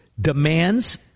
demands